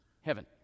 heaven